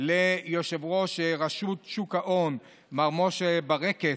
ליושב-ראש רשות שוק ההון מר משה ברקת,